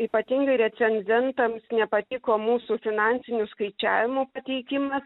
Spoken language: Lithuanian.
ypatingai recenzentams nepatiko mūsų finansinių skaičiavimų pateikimas